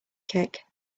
kick